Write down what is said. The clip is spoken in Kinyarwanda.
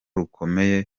rukomeye